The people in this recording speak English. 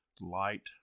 light